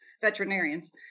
veterinarians